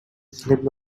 slipped